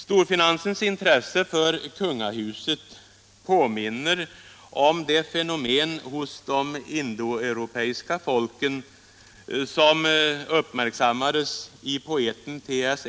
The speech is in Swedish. Storfinansens intresse för kungahuset påminner om det fenomen hos de indoeuropeiska folken som uppmärksammades i poeten T.S.